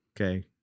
okay